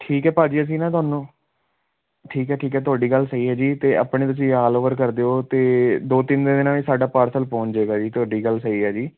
ਠੀਕ ਹੈ ਭਾਅ ਜੀ ਅਸੀਂ ਨਾ ਤੁਹਾਨੂੰ ਠੀਕ ਹੈ ਠੀਕ ਹੈ ਤੁਹਾਡੀ ਗੱਲ ਸਹੀ ਹੈ ਜੀ ਅਤੇ ਆਪਣੇ ਤੁਸੀਂ ਆਲ ਓਵਰ ਕਰ ਦਿਓ ਅਤੇ ਦੋ ਤਿੰਨ ਦਿਨਾਂ ਵਿੱਚ ਸਾਡਾ ਪਾਰਸਲ ਪਹੁੰਚ ਜਾਵੇਗਾ ਜੀ ਤੁਹਾਡੀ ਗੱਲ ਸਹੀ ਹੈ ਜੀ